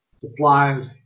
suppliers